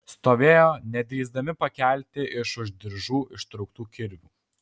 stovėjo nedrįsdami pakelti iš už diržų ištrauktų kirvių